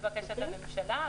לבקשת הממשלה.